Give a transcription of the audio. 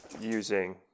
using